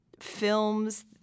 films